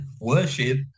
worship